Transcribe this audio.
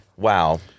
Wow